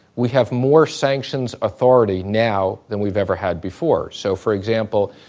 we have more sanctions authority now than we've ever had before. so for example,